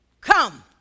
come